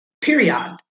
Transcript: Period